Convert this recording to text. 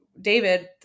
David